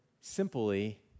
simply